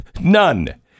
None